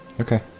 Okay